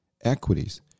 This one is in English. equities